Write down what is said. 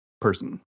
person